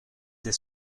des